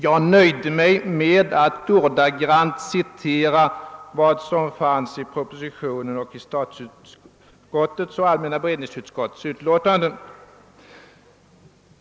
Jag nöjde mig nämligen med att ordagrant citera vad som står i propositionen och i utskottsutlåtandena.